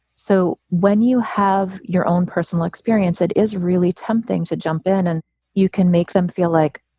so when you have your own personal experience, it is really tempting to jump in and you can make them feel like,